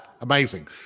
Amazing